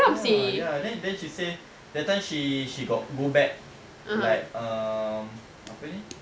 ya ya then then she say that time she she got go back like um apa ni